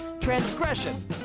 transgression